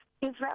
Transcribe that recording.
Israel